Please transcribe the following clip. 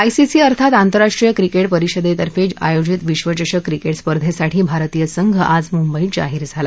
ICC अर्थात आंतरराष्ट्रीय cricket परिषदक्के आयोजित विश्वचषक क्रिक्ट्र स्पर्धेसाठी भारतीय संघ आज मुंबईत जाहीर झाला